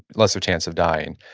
lesser chance of dying.